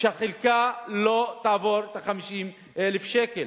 שהחלקה לא תעבור את 50,000 השקל.